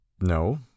no